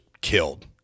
killed